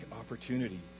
opportunity